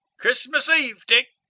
christmas eve, dick.